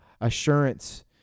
assurance